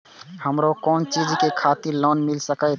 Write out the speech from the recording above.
हमरो कोन चीज के खातिर लोन मिल संकेत?